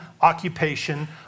occupation